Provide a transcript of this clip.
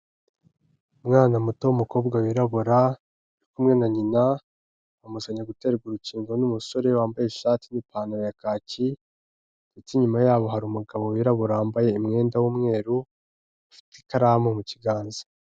Umwana muto w'umukobwa wirabura ari kumwe na nyina, amuzanye guterwa urukingo n'umusore wambaye ishati n'ipantaro ya kaki ndetse inyuma yabo hari umugabo wirabura wambaye umwenda w'umweru, ufite ikaramu mu kiganza.